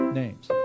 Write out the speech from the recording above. names